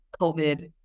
COVID